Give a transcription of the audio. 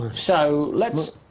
so, let's.